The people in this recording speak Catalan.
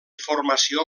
formació